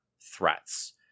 threats